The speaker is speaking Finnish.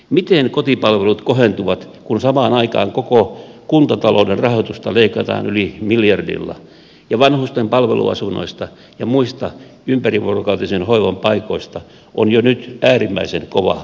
miten kotipalvelut kohentuvat kun samaan aikaan koko kuntatalouden rahoitusta leikataan yli miljardilla ja vanhusten palveluasunnoista ja muista ympärivuorokautisen hoivan paikoista on jo nyt äärimmäisen kova pula